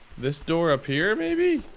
this door up here, maybe?